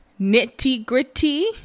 nitty-gritty